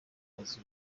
kazi